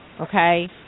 okay